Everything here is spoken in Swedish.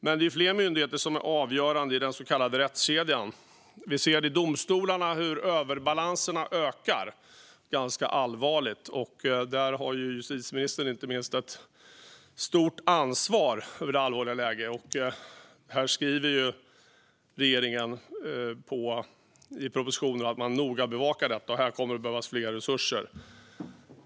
Det är dock fler myndigheter som är avgörande i den så kallade rättskedjan. Vi ser i domstolarna hur överbalanserna ökar ganska allvarligt, och där har inte minst justitieministern ett stort ansvar för det allvarliga läget. Regeringen skriver i propositionen att man noga bevakar detta, och här kommer det att behövas fler resurser.